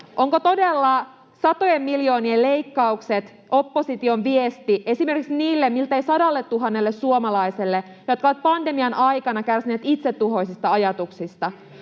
Ovatko todella satojen miljoonien leikkaukset opposition viesti esimerkiksi niille miltei sadalletuhannelle suomalaiselle, jotka ovat pandemian aikana kärsineet itsetuhoisista ajatuksista?